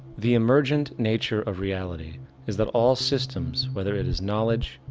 the emergent nature of reality is that all systems whether it is knowledge,